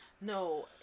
No